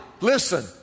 Listen